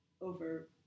over